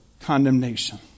condemnation